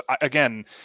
again